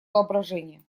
воображения